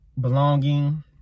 belonging